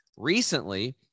Recently